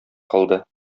кылды